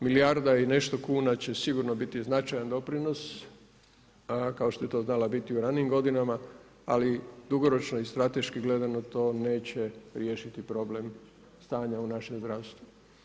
Milijarda i nešto kuna će sigurno biti značajan doprinos, kao što je to znala biti u ranijim godinama, ali dugoročno i strateško gledano, to neće riješiti problem stanja u našem zdravstvu.